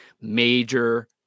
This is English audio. Major